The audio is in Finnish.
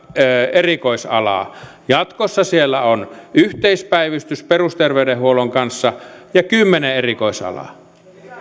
erikois alaa jatkossa siellä on yhteispäivystys perusterveydenhuollon kanssa ja kymmenen erikoisalaa